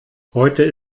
heute